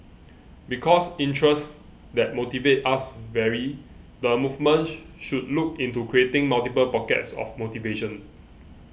because interests that motivate us vary the movement should look into creating multiple pockets of motivation